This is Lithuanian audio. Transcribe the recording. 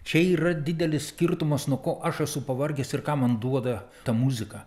čia yra didelis skirtumas nuo ko aš esu pavargęs ir ką man duoda ta muzika